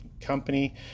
company